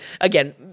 again